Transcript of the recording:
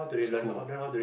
school